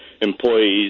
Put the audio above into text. employees